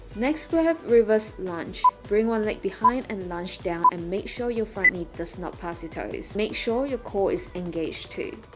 next we have reversed lunge, bring one leg behind and lunge down and make sure your front knee does not pass your toes make sure your core is engaged too